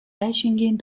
байшингийн